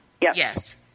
Yes